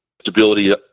Stability